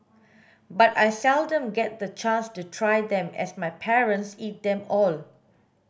but I seldom get the chance to try them as my parents eat them all